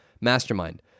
Mastermind